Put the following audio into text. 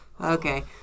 Okay